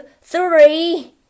three